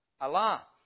Allah